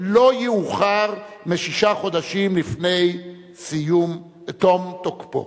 לא יאוחר משישה חודשים לפני סיום תום תוקפו.